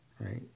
right